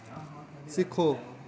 सिक्खो